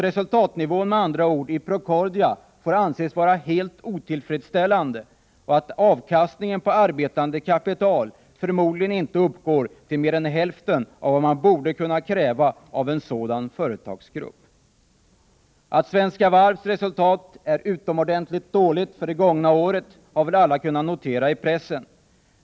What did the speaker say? Resultatnivån i Procordia får med andra ord anses vara helt otillfredsställande, och avkastningen på arbetande kapital uppgår förmodligen inte till mer än hälften av vad man borde kunna kräva av en sådan företagsgrupp. Att Svenska Varvs resultat är utomordentligt dåligt för det gångna året har väl alla kunnat notera i pressen.